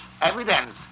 evidence